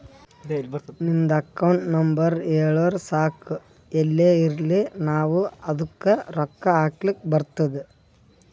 ನಿಮ್ದು account number ಹೇಳುರು ಸಾಕ್ ಎಲ್ಲೇ ಇರ್ಲಿ ನಾವೂ ಅದ್ದುಕ ರೊಕ್ಕಾ ಹಾಕ್ಲಕ್ ಬರ್ತುದ್